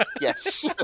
Yes